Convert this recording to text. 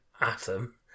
Atom